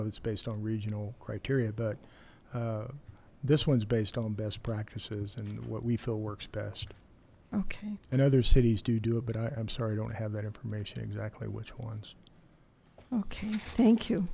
of its based on regional criteria but this one's based on best practices and what we feel works best okay and other cities do do it but i'm sorry i don't have that information exactly which one's okay thank you